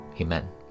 Amen